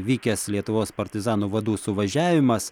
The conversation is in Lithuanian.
vykęs lietuvos partizanų vadų suvažiavimas